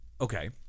Okay